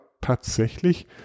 tatsächlich